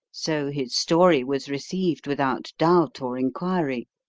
so his story was received without doubt or inquiry.